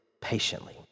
patiently